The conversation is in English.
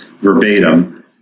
verbatim